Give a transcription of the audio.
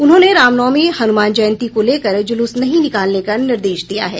उन्होंने रामनवमी हनुमान जयंती को लेकर जुलुस नहीं निकालने का निर्देश दिया है